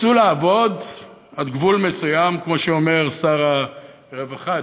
יצאו לעבוד עד גבול מסוים, כמו שאומר שר הרווחה,